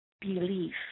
belief